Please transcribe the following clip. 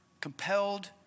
compelled